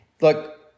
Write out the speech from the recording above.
look